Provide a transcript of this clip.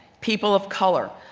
people of color,